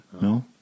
No